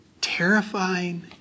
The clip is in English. terrifying